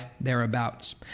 thereabouts